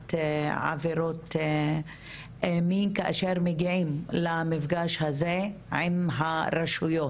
נפגעת עבירות מין כאשר הם מגיעים למפגש הזה עם הרשויות.